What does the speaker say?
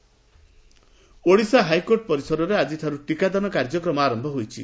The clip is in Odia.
ହାଇକୋର୍ଟ ଟିକାକରଣ ଓଡ଼ିଶା ହାଇକୋର୍ଟ ପରିସରରେ ଆକିଠାରୁ ଟିକାଦାନ କାର୍ଯ୍ୟକ୍ରମ ଆର ହୋଇଛି